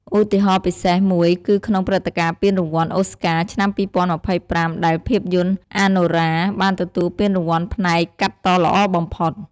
ឧទាហរណ៍ពិសេសមួយគឺក្នុងព្រឹត្តិការណ៍ពានរង្វាន់ អូស្ការ ឆ្នាំ ២០២៥ ដែលភាពយន្ត “អាណូរា” បានទទួលពានរង្វាន់ផ្នែក កាត់តល្អបំផុត។